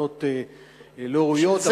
כוונות לא ראויות,